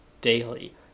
daily